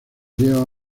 lleva